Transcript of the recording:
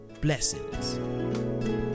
Blessings